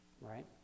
right